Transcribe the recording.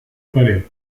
pared